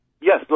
Yes